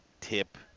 tip